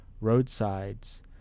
roadsides